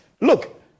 Look